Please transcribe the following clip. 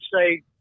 say